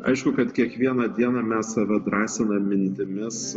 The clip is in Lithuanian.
aišku kad kiekvieną dieną mes save drąsinam mintimis